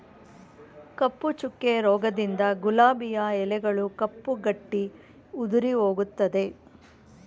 ಕಪ್ಪು ಚುಕ್ಕೆ ರೋಗದಿಂದ ಗುಲಾಬಿಯ ಎಲೆಗಳು ಕಪ್ಪು ಗಟ್ಟಿ ಉದುರಿಹೋಗುತ್ತದೆ